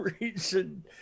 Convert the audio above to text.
reason